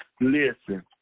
Listen